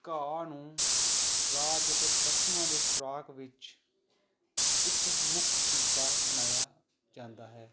ਘਾਹ ਨੂੰ ਰਾਜ ਅਤੇ ਪਸ਼ੂਆਂ ਦੇ ਖੁਰਾਕ ਵਿੱਚ ਇੱਕ ਮੁੱਖ ਹਿੱਸਾ ਬਣਾਇਆ ਜਾਂਦਾ ਹੈ